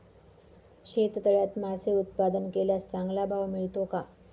शेततळ्यात मासे उत्पादन केल्यास चांगला भाव मिळतो का?